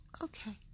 okay